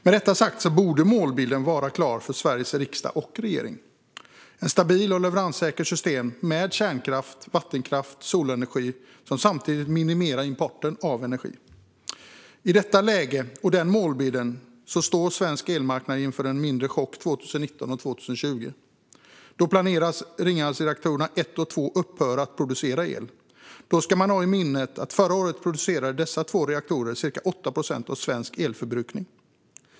Med detta sagt borde målbilden vara klar för Sveriges riksdag och regering: ett stabilt och leveranssäkert system med kärnkraft, vattenkraft och solenergi, som samtidigt minimerar importen av energi. I detta läge och med den målbilden står svensk elmarknad inför en mindre chock 2019 och 2020. Då planeras Ringhalsreaktorerna 1 och 2 upphöra att producera el. Då ska man ha i minnet att dessa två reaktorer förra året producerade ca 8 procent av svensk elförbrukning.